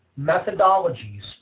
methodologies